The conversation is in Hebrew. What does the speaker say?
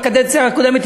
בקדנציה הקודמת,